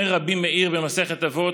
אומר רבי מאיר במסכת אבות,